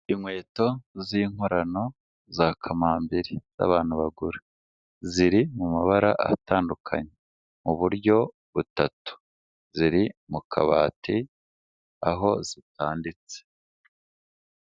Inkweto z'inkorano za kamambiri z'abantu bagura, ziri mu mabara atandukanye, mu buryo butatu, ziri mu kabati aho zitanditse.